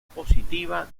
positiva